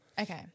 okay